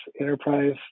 enterprise